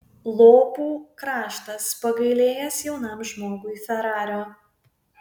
lopų kraštas pagailėjęs jaunam žmogui ferario